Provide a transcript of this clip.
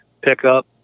pickup